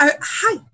hi